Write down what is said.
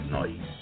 night